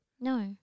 No